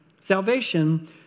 Salvation